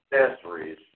Accessories